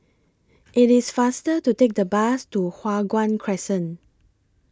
IT IS faster to Take The Bus to Hua Guan Crescent